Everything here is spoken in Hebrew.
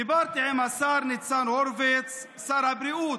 דיברתי עם השר ניצן הורביץ, שר הבריאות,